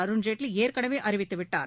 அருண்ஜேட்லி ஏற்கனவே அறிவித்துவிட்டார்